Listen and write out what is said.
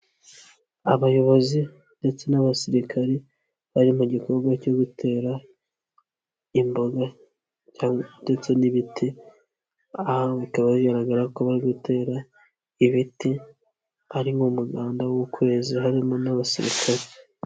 Abayobozi ndetse n'abasirikare bari mu gikorwa cyo gutera imboga ndetse n'ibiti, aha bikaba bigaragara ko bari gutera ibiti, ari nk'umuganda w'ukwezi harimo n'abasirikare.